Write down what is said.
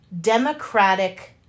democratic